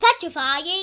Petrifying